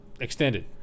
extended